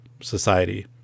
society